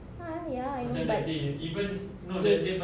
ah ya I know but okay